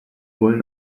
wollen